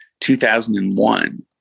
2001